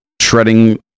shredding